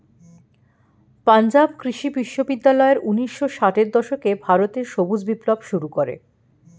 পাঞ্জাব কৃষি বিশ্ববিদ্যালয় ঊন্নিশো ষাটের দশকে ভারতে সবুজ বিপ্লব শুরু করে